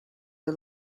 are